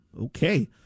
Okay